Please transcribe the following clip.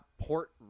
port